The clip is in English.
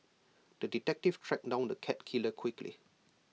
the detective tracked down the cat killer quickly